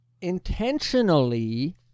intentionally